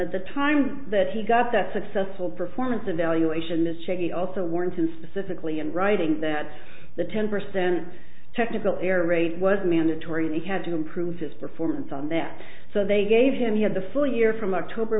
at the time that he got that successful performance evaluation this cheney also weren't in specifically in writing that the ten percent technical error rate was mandatory they had to improve his performance on that so they gave him he had the full year from october